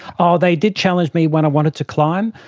oh, they did challenge me when i wanted to climb,